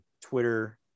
Twitter